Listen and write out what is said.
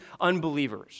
unbelievers